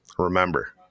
Remember